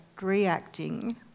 reacting